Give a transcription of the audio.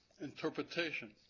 interpretation